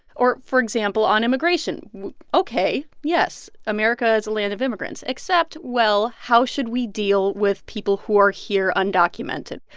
or for example, on immigration ok. yes, america is a land of immigrants except, well, how should we deal with people who are here undocumented?